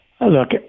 Look